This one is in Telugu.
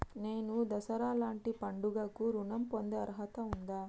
నేను దసరా లాంటి పండుగ కు ఋణం పొందే అర్హత ఉందా?